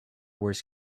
wars